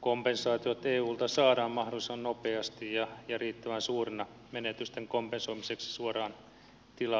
kompensaatiot eulta saadaan mahdollisimman nopeasti ja riittävän suurina menetysten kompensoimiseksi suoraan tilatasolle